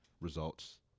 results